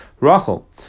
Rachel